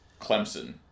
Clemson